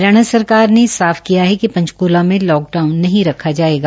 हरियाणा सरकार ने साफ किया है कि पंचकुला में लॉकडाउन नहीं रखा जायेगा